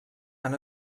han